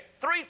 Three